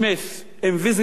Invisible Hand,